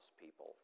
people